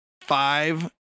five